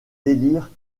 délires